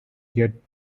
get